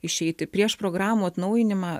išeiti prieš programų atnaujinimą